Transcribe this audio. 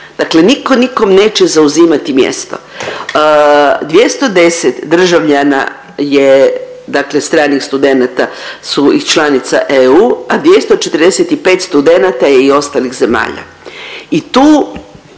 Dakle, niko nikom neće zauzimati mjesto. 210 državljana je dakle stranih studenata su iz članica EU, a 245 studenata je iz ostalih zemalja. I tu